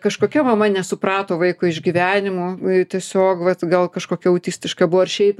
kažkokia mama nesuprato vaiko išgyvenimų tiesiog vat gal kažkokia autistiška buvo ir šiaip